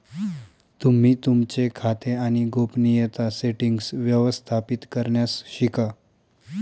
तुम्ही तुमचे खाते आणि गोपनीयता सेटीन्ग्स व्यवस्थापित करण्यास शिका